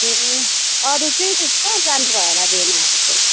ए अरू चाहिँ कहाँ जानुभयो होला भेनाहरू चाहिँ